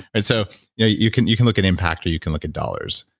and so you know you can you can look at impact or you can look at dollars.